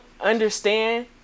understand